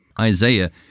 Isaiah